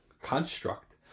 construct